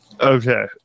Okay